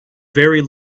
very